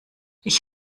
ich